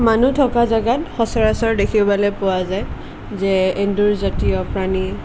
মানুহ থকা জেগাত সচৰাচৰ দেখিবলৈ পোৱা যায় যে এন্দুৰ জাতীয় প্ৰাণী